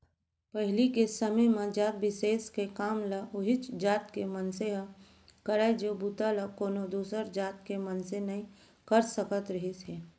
पहिली के समे म जात बिसेस के काम ल उहींच जात के मनसे ह करय ओ बूता ल कोनो दूसर जात के मनसे नइ कर सकत रिहिस हे